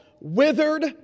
withered